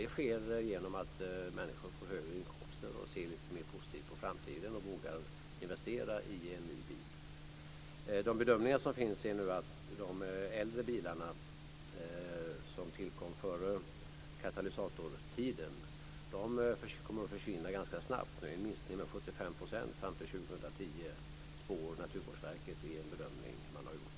Detta sker genom att människor får högre inkomster, ser lite mer positivt på framtiden och vågar investera i en ny bil. De bedömningar som finns visar att de äldre bilarna som tillkom före katalysatortiden kommer att försvinna ganska snabbt. Det blir en minskning med 75 % fram till 2010, spår Naturvårdsverket i en bedömning som man har gjort.